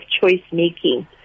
choice-making